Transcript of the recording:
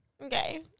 Okay